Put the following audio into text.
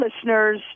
listeners